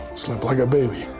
sleep like a baby.